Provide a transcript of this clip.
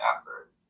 effort